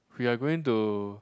we are going to